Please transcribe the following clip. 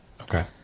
Okay